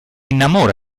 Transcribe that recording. innamora